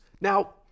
Now